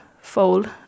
fold